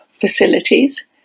facilities